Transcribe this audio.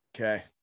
okay